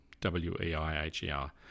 W-E-I-H-E-R